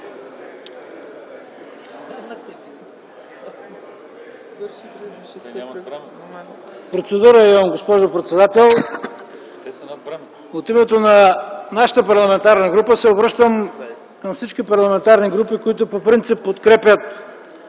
Процедура имам, госпожо председател. От името на нашата парламентарна група се обръщам към всички парламентарни групи, които по принцип подкрепят